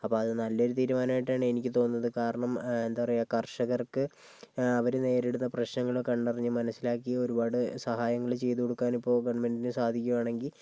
അപ്പോൾ അത് നല്ല ഒരു തീരുമാനം ആയിട്ട് ആണ് എനിക്ക് തോന്നുന്നത് കാരണം എന്താ പറയുക കർഷകർക്ക് അവര് നേരിടുന്ന പ്രശ്നങ്ങൾ കണ്ട് അറിഞ്ഞ് മനസിലാക്കി ഒരുപാട് സഹങ്ങൾ ചെയ്തും കൊടുക്കാൻ പോകാൻ വേണ്ടിട്ട് സാധിക്കുവാണെങ്കിൽ